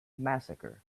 massacre